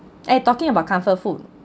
eh talking about comfort food